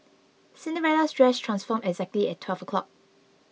Cinderella's dress transformed exactly at twelve o'clock